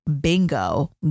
bingo